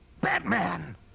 batman